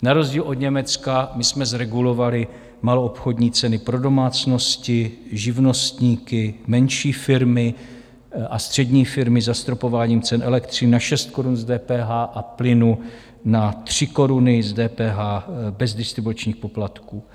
Na rozdíl od Německa my jsme zregulovali maloobchodní ceny pro domácnosti, živnostníky, menší firmy a střední firmy zastropováním cen elektřiny na 6 korun s DPH a plynu na 3 koruny s DPH bez distribučních poplatků.